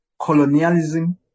colonialism